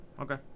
Okay